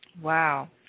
Wow